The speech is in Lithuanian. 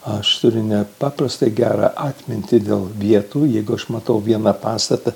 aš turiu nepaprastai gerą atmintį dėl vietų jeigu aš matau vieną pastatą